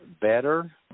better